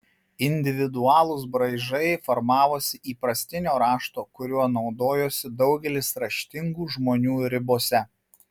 individualūs braižai formavosi įprastinio rašto kuriuo naudojosi daugelis raštingų žmonių ribose